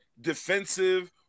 defensive